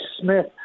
Smith